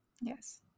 yes